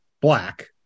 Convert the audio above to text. black